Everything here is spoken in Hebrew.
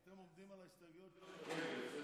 אם ככה, נמחקות כל ההסתייגויות, כולל לחלופין.